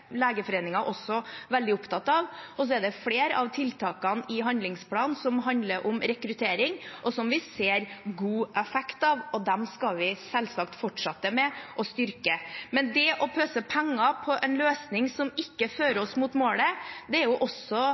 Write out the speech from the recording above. også veldig opptatt av. Så er det flere av tiltakene i handlingsplanen som handler om rekruttering, og som vi ser god effekt av, og de skal vi selvsagt fortsette å styrke. Det å pøse ut penger på en løsning som ikke fører oss mot målet, er noe jeg tenker at heller ikke Høyre synes er